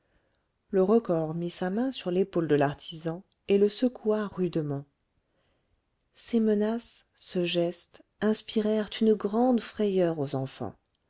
le recors mit sa main sur l'épaule de l'artisan et le secoua rudement ces menaces ce geste inspirèrent une grande frayeur aux enfants